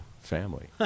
family